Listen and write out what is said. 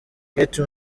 kate